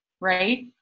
right